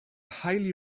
highly